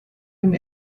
him